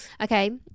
okay